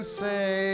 say